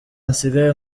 nsigaye